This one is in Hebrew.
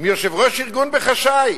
עם יושב-ראש ארגון בחשאי.